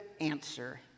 answer